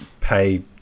pay